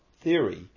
theory